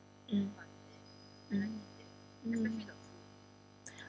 mm mm mm